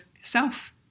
self